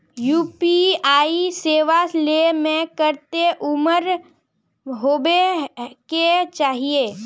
UPI सेवा ले में कते उम्र होबे के चाहिए?